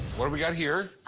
what do we got here?